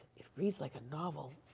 it reads like a novel.